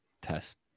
test